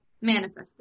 manifested